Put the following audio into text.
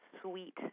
sweet